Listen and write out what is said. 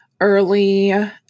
early